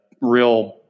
real